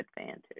advantage